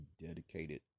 dedicated